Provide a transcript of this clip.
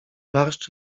barszcz